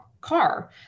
car